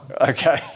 Okay